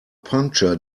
puncture